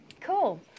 Cool